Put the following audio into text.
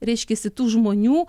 reiškiasi tų žmonių